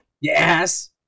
Yes